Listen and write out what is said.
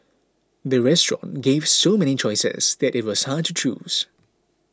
the restaurant gave so many choices that it was hard to choose